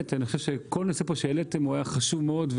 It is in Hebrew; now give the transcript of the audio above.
אני חושב שכל נושא שהעליתם פה הוא חשוב מאוד,